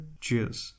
Cheers